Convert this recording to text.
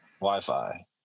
Wi-Fi